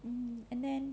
um and then